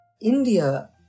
India